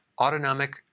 autonomic